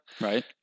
Right